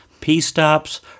P-stops